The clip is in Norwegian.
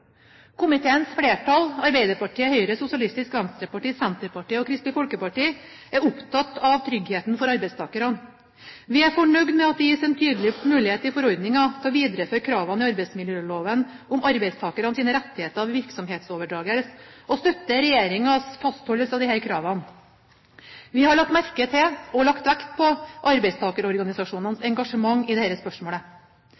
Komiteens flertall, Arbeiderpartiet, Høyre, Sosialistisk Venstreparti, Senterpartiet og Kristelig Folkeparti, er opptatt av tryggheten for arbeidstakerne. Vi er fornøyd med at det gis en tydelig mulighet i forordningen til å videreføre kravene i arbeidsmiljøloven om arbeidstakeres rettigheter ved virksomhetsoverdragelse, og støtter regjeringens fastholdelse av disse kravene. Vi har